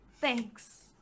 thanks